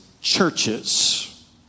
churches